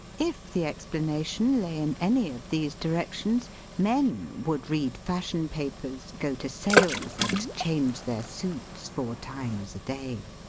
if the explana tion lay in any of these directions men would read fashion papers, go to sales, and change their suits four times a day.